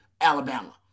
Alabama